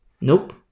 Nope